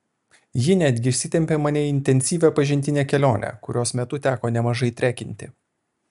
ji netgi išsitempė mane į intensyvią pažintinę kelionę kurios metu teko nemažai trekinti